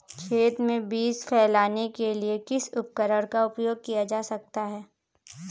खेत में बीज फैलाने के लिए किस उपकरण का उपयोग किया जा सकता है?